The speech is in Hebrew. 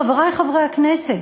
חברי חברי הכנסת: